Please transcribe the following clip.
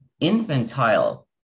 infantile